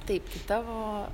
taip tavo